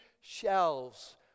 shelves